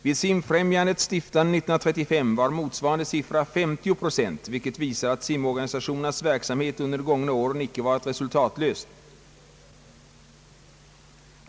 Vid Simfrämjandets stiftande år 1935 var motsvarande siffra 50 procent, vilket visar att simorganisationernas verksamhet under de gångna åren icke varit resultatlös.